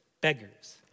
beggars